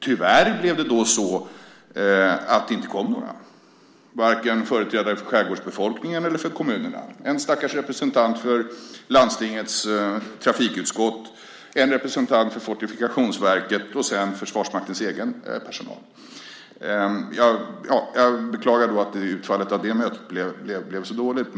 Tyvärr blev det då så att det inte kom några, varken företrädare för skärgårdsbefolkningen eller för kommunerna. Det var en stackars representant från landstingets trafikutskott, en representant från Fortifikationsverket och sedan Försvarsmaktens egen personal. Jag beklagar att utfallet av det mötet blev så dåligt.